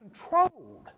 controlled